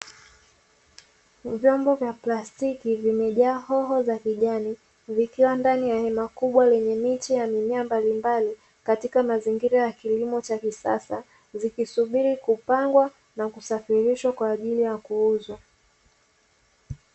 Vyombo vya plastiki vimejaa hoho za kijani zikiwa ndani ya hema kubwa lenye miche ya mimea mbalimbali katika mazingira ya kilimo cha kisasa zikisubiri kupangwa na kusafirishwa kwa ajili ya kuuzwa.